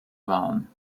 waren